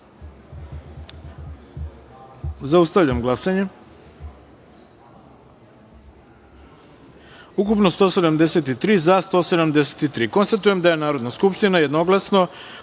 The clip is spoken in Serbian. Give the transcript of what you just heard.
taster. Zaustavljam glasanje: ukupno – 173, za – 173.Konstatujem da je Narodna skupština jednoglasno